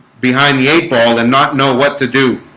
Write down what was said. behind the eight ball and not know what to do